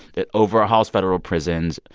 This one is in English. it overhauls federal prisons.